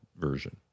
version